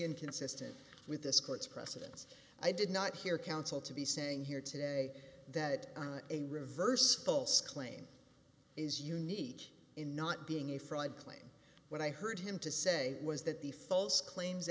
inconsistent with this court's precedence i did not hear counsel to be saying here today that a reverse false claim is unique in not being a fraud claim when i heard him to say was that the false claims